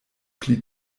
pli